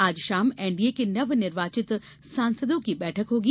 आज शाम एनडीए के नवनिर्वाचित सांसदों की बैठक होगी